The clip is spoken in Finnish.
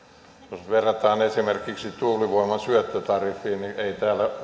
jos verrataan esimerkiksi tuulivoiman syöttötariffiin niin ei täällä